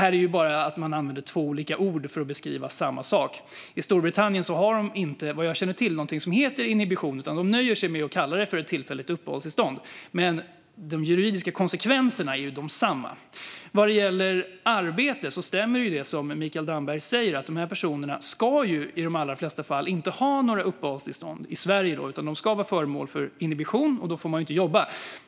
Detta innebär bara att man använder två olika ord för att beskriva samma sak. I Storbritannien har de inte, vad jag känner till, någonting som heter inhibition. De nöjer sig med att kalla det för ett tillfälligt uppehållstillstånd. Men de juridiska konsekvenserna är desamma. När det gäller arbete stämmer det som Mikael Damberg säger om att dessa personer i de allra flesta fall inte ska ha några uppehållstillstånd i Sverige utan att de ska vara föremål för inhibition, och då får de inte jobba.